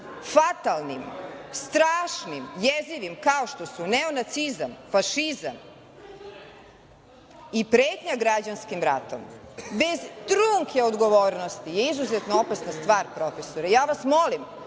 fatalnim, strašnim, jezivim, kao što su neonacizam, fašizam i pretnja građanskim ratom bez trunke odgovornosti izuzetno opasna stvar profesore ja vas molim